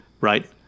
Right